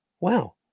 wow